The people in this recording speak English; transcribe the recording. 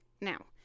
Now